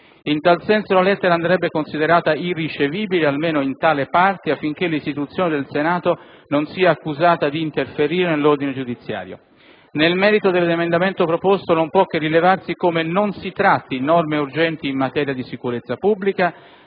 In tal senso, la lettera andrebbe considerata irricevibile almeno in tale parte affinché l'istituzione del Senato non sia accusata di interferire nell'ordine giudiziario. Nel merito dell'emendamento proposto, non può che rilevarsi come non si tratti di norme urgenti in materia di sicurezza pubblica